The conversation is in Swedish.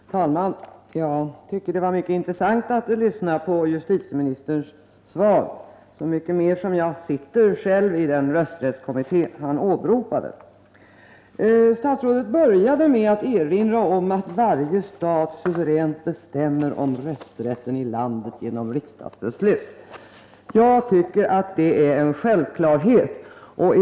Herr talman! Det var mycket intressant att lyssna på justitieministerns svar, så mycket mer som jag själv sitter med i den rösträttskommitté som han åberopade. Statsrådet började med att erinra om varje stats suveränitet att bestämma om rösträtten i landet genom riksdagsbeslut. Jag tycker att det är en självklarhet.